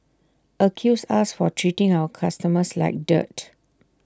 accused us for treating our customers like dirt